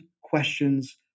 questions